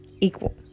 equal